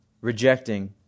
rejecting